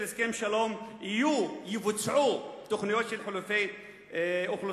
הסכם שלום יבוצעו תוכניות של חילופי אוכלוסיות.